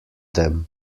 them